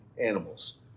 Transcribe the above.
animals